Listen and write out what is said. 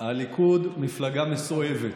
הליכוד מפלגה מסואבת.